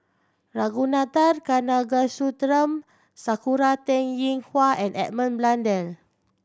Ragunathar Kanagasuntheram Sakura Teng Ying Hua and Edmund Blundell